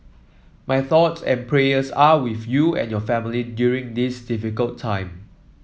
my thoughts and prayers are with you and your family during this difficult time